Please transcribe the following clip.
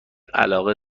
علاقه